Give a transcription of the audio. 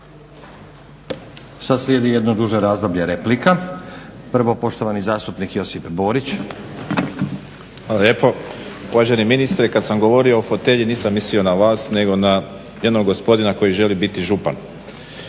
Sad slijedi jedno duže razdoblje replika. Prvo poštovani zastupnik Josip Borić. Izvolite. **Borić, Josip (HDZ)** Hvala lijepo. Uvaženi ministre kad sam govorio o fotelji nisam mislio na vas nego na jednog gospodina koji želi biti župan